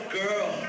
girl